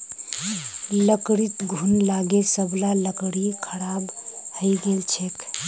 लकड़ीत घुन लागे सब ला लकड़ी खराब हइ गेल छेक